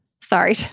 Sorry